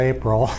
April